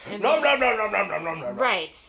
Right